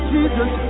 Jesus